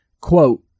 Quote